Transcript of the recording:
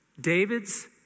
David's